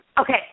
Okay